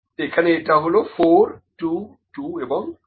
এখানে এটা হলো 422এবং 2